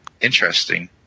interesting